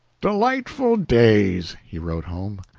delightful days, he wrote home,